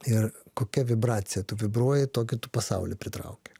ir kokia vibracija tu vibruoji tokį tu pasaulį pritrauki